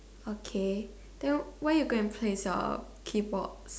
okay then why you go and play song K-pop